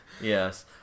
Yes